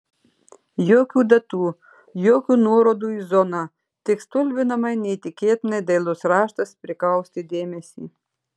jokių datų jokių nuorodų į zoną tik stulbinamai neįtikėtinai dailus raštas prikaustė dėmesį